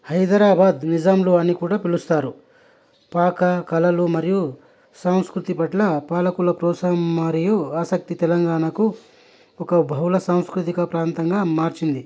హైదరాబాదు నిజాంలు అని కుడా పిలుస్తారు పాక కళలు మరియు సంస్కృతి పట్ల ఆ పాలకుల ప్రోత్సాహం మరియు ఆసక్తి తెలంగాణను ఒక బహుళ సాంస్కృతిక ప్రాంతంగా మార్చింది